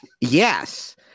Yes